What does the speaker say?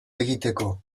egiteko